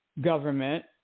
government